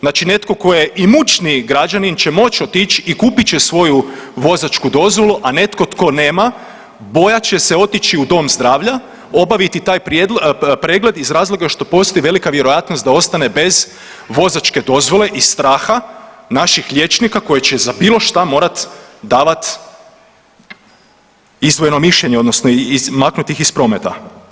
Znači netko tko je imućniji građanin će moći otići i kupit će svoju vozačku dozvolu, a netko tko nema bojat će se otići u dom zdravlja obaviti taj pregled iz razloga što postoji velika vjerojatnost da ostane bez vozačke dozvole i straha naših liječnika koji će za bilo šta morat davat izdvojeno mišljenje odnosno maknuti ih iz prometa.